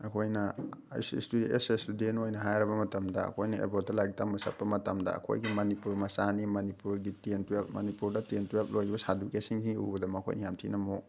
ꯑꯩꯈꯣꯏꯅ as a student ꯑꯃ ꯑꯣꯏꯅ ꯍꯥꯏꯔꯕ ꯃꯇꯝꯗ ꯑꯩꯈꯣꯏꯅ ꯑꯦꯕ꯭ꯔꯣꯠꯇ ꯂꯥꯏꯔꯤꯛ ꯇꯝꯕ ꯆꯠꯄ ꯃꯇꯝꯗ ꯑꯩꯈꯣꯏꯒꯤ ꯃꯅꯤꯄꯨꯔ ꯃꯆꯥꯅꯤ ꯃꯅꯤꯄꯨꯔꯒꯤ ꯇꯦꯟ ꯇꯨꯋꯦꯜꯞ ꯃꯅꯤꯄꯨꯔꯗ ꯇꯦꯟ ꯇꯨꯋꯦꯜꯞ ꯂꯣꯏꯕ ꯁꯥꯔꯇꯤꯐꯤꯀꯦꯠꯁꯤꯡꯁꯤ ꯎꯕꯗ ꯃꯈꯣꯏꯅ ꯌꯥꯝ ꯊꯤꯅ